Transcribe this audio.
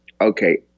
okay